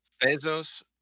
bezos